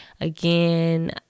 again